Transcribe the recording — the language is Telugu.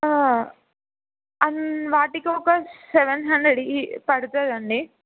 అ వాటికి ఒక సెవెన్ హండ్రెడ్ పడుతుందండి